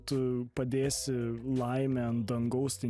tu padėsi laimę ant dangaus tai